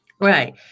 Right